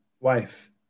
wife